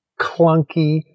clunky